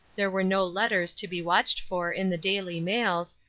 there were no letters to be watched for in the daily mails,